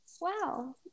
Wow